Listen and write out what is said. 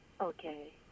Okay